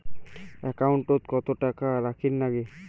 একাউন্টত কত টাকা রাখীর নাগে?